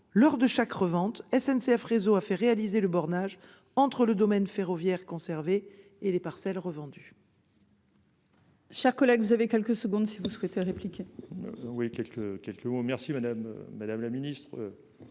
lors de chaque revente, SNCF Réseau a fait réaliser le bornage entre le domaine ferroviaire conservé et les parcelles revendues.